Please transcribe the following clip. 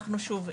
אנחנו שוב,